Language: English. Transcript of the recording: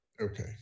Okay